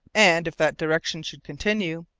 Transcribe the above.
and, if that direction should continue,